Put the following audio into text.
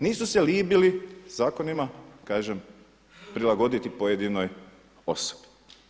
Nisu se libili zakonima kažem prilagoditi pojedinoj osobi.